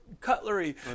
cutlery